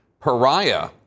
pariah